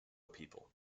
people